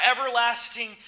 everlasting